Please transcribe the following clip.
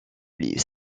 les